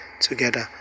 together